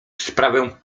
sprawę